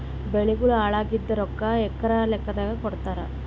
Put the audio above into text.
ಬೆಳಿಗೋಳ ಹಾಳಾಗಿದ ರೊಕ್ಕಾ ಎಕರ ಲೆಕ್ಕಾದಾಗ ಕೊಡುತ್ತಾರ?